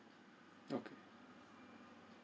okay